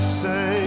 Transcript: say